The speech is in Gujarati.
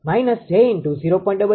તેથી તે 0